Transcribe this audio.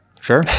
sure